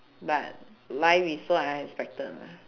but life is so unexpected lah